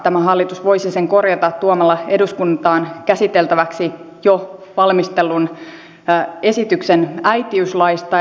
tämä hallitus voisi sen korjata tuomalla eduskuntaan käsiteltäväksi jo valmistellun esityksen äitiyslaista